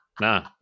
Nah